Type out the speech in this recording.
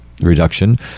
reduction